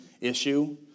issue